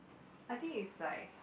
I think it's like